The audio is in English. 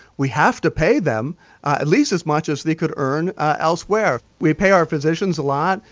we have to pay them at least as much as they could earn elsewhere. we pay our physicians a lot,